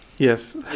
Yes